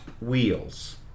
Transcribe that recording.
wheels